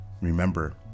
Remember